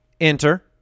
enter